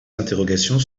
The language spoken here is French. interrogations